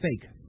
fake